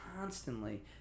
constantly